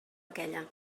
aquella